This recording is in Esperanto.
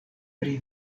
pri